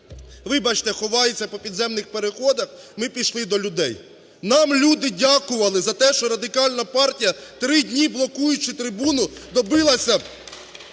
вибачте, ховається по підземних переходах, ми пішли до людей. Нам люди дякували за те, що Радикальна партія, три дні блокуючи трибуну, добилася